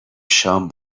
شام